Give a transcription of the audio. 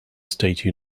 state